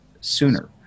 sooner